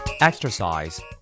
Exercise